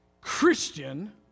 Christian